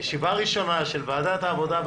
ישיבה ראשונה של ועדת העבודה,